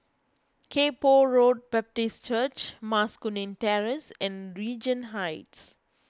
Kay Poh Road Baptist Church Mas Kuning Terrace and Regent Heights